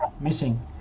missing